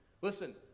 Listen